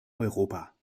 europa